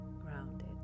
grounded